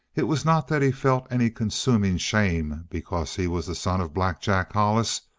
it was not that he felt any consuming shame because he was the son of black jack hollis.